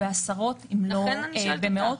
עשרות אם לא במאות.